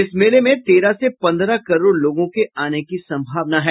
इस मेले में तेरह से पन्द्रह करोड़ लोगों के आने की संभावना है